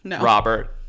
Robert